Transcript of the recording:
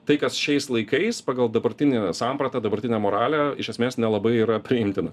tai kas šiais laikais pagal dabartinį sampratą dabartinę moralę iš esmės nelabai yra priimtina